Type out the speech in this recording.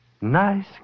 Nice